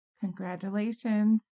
congratulations